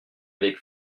avec